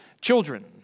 children